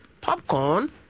Popcorn